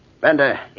Bender